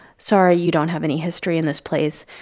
sorry, you don't have any history in this place,